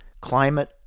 climate